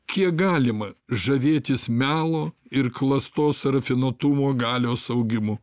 kiek galima žavėtis melo ir klastos rafinuotumo galios augimu